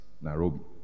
Nairobi